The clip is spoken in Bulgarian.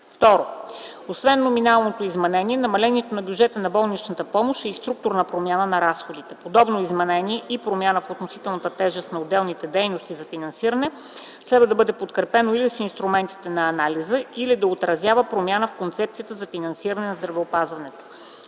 г. 2. Освен номиналното изменение, намаляването на бюджета за болнична помощ е и структурна промяна на разходите. Подобно изменение и промяна в относителната тежест на отделните дейности за финансиране следва да бъде подкрепено или с инструментите на анализа, или да отразява промяна в концепцията за финансиране на здравеопазването.